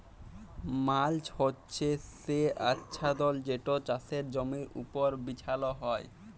mulch হছে সে আচ্ছাদল যেট চাষের জমির উপর বিছাল হ্যয়